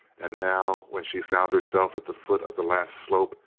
and now, when she found herself at the foot of the last slope,